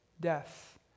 death